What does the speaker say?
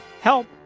help